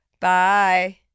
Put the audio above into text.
Bye